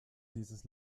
dieses